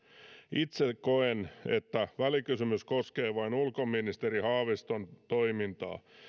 itse koen että välikysymys koskee vain ulkoministeri haaviston toimintaa